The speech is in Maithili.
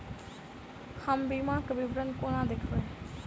हम बीमाक विवरण कोना देखबै?